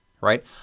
right